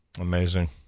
Amazing